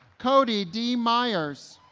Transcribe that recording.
cody d. myers